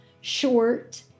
short